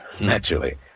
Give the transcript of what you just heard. Naturally